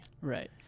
Right